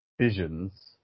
visions